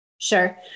Sure